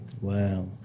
Wow